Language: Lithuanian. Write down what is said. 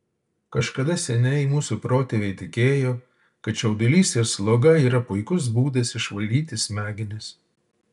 kažkada seniai mūsų protėviai tikėjo kad čiaudulys ir sloga yra puikus būdas išvalyti smegenis